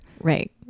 Right